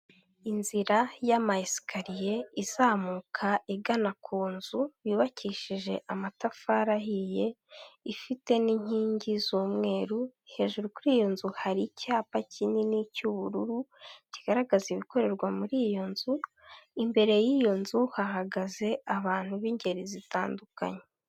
Inzira y'amasikariye izamuka igana ku nzu yubakishije amatafari ahiye ifite n'inkingi z'umweru hejuru kuri iyo nzu hari icyapa kinini cy'ubururu kigaragaza ibikorerwa muri iyo nzu, imbere y'iyo nzu hahagaze abantu b'ingeri zitandukanye.